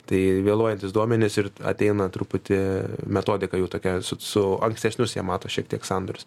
tai vėluojantys duomenys ir ateina truputį metodika jau tokia su su ankstesnius jie mato šiek tiek sandorius